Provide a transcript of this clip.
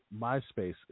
MySpace